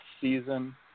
season